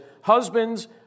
husbands